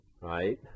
right